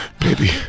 Baby